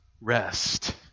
rest